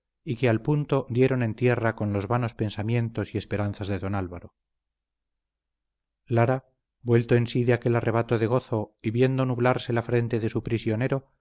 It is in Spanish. y que al punto dieron en tierra con los vanos pensamientos y esperanzas de don álvaro lara vuelto en sí de aquel arrebato de gozo y viendo nublarse la frente de su prisionero